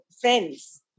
friends